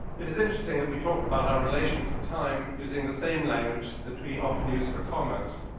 it is interesting that we talk about our relation to time using the same language that we often use for commerce.